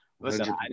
Listen